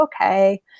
okay